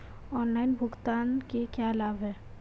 Online भुगतान के क्या लाभ हैं?